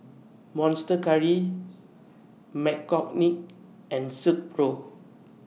Monster Curry McCormick and Silkpro